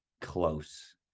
close